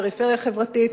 פריפריה חברתית,